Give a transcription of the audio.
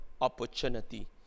opportunity